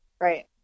Right